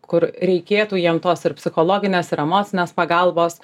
kur reikėtų jiem tos ir psichologinės ir emocinės pagalbos